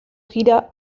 gira